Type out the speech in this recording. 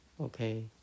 Okay